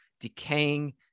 decaying